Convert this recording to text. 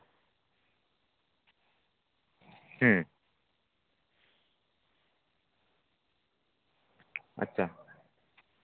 ᱦᱩᱸ ᱟᱪᱪᱷᱟ